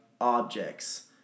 objects